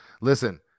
Listen